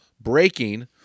breaking